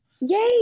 Yay